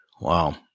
Wow